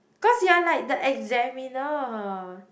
cause you are like the examiner